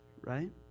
Right